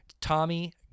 Tommy